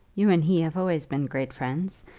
you and he have always been great friends,